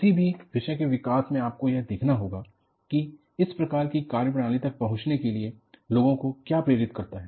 किसी भी विषय के विकास में आपको यह देखना होगा कि इस प्रकार की कार्यप्रणाली तक पहुंचने के लिए लोगों को क्या प्रेरित करता है